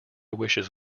wishes